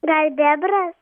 gal bebras